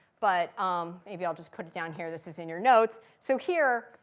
but um maybe i'll just put it down here. this is in your notes. so here,